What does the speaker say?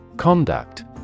Conduct